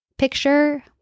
picture